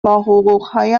حقوقهای